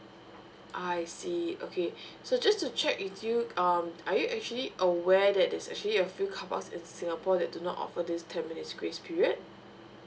I see okay so just to check with you um are you actually aware that there's actually a few carpark in singapore that do not offer this ten minutes grace period